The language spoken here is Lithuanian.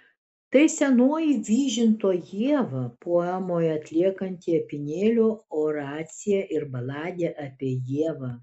tai senoji vyžinto ieva poemoje atliekanti apynėlio oraciją ir baladę apie ievą